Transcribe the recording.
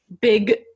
big